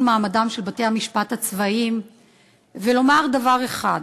מעמדם של בתי-המשפט הצבאיים ולומר דבר אחד: